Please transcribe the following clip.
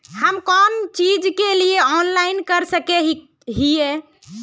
हम कोन चीज के लिए ऑनलाइन कर सके हिये?